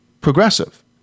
progressive